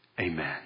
amen